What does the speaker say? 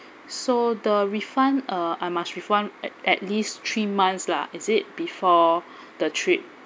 so the refund uh I must refund at at least three months lah is it before the trip